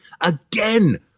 again